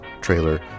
trailer